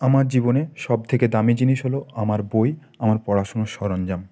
আমার জীবনে সব থেকে দামী জিনিস হল আমার বই আমার পড়াশোনার সরঞ্জাম